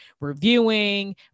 reviewing